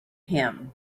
him